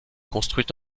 construit